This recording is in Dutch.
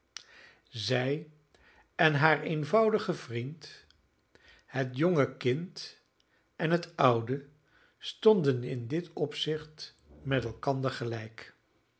zij en haar eenvoudige vriend het jonge kind en het oude stonden in dit opzicht met elkander gelijk